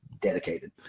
dedicated